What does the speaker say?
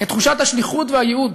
את תחושת השליחות והייעוד,